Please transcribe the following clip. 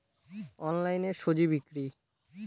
অনলাইনে স্বজি বিক্রি?